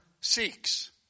seeks